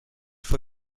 fue